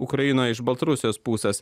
ukrainoje iš baltarusijos pusės